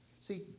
See